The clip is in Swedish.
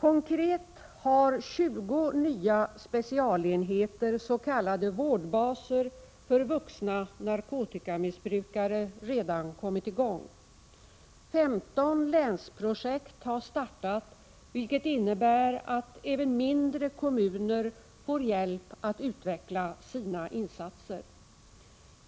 Konkret har 20 nya specialenheter, s.k. vårdbaser, för vuxna narkotikamissbrukare redan kommit i gång. 15 länsprojekt har startat, vilket innebär att även mindre kommuner får hjälp att utveckla sina insatser.